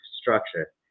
structure